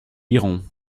lirons